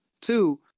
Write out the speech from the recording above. Two